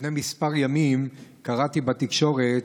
לפני כמה ימים קראתי בתקשורת